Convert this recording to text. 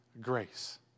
grace